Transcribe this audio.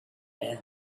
end